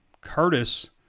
Curtis